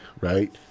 right